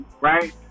right